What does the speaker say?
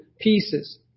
pieces